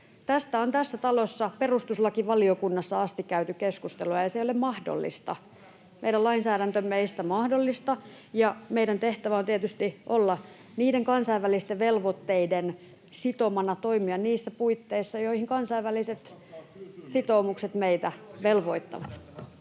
Tästä on tässä talossa perustuslakivaliokunnassa asti käyty keskustelua, ja se ei ole mahdollista. Meidän lainsäädäntömme ei sitä mahdollista. Meidän tehtävämme on tietysti kansainvälisten velvoitteiden sitomana toimia niissä puitteissa, miten kansainväliset sitoumukset meitä velvoittavat.